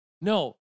no